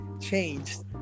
changed